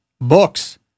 books